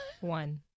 One